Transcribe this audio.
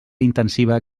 intensiva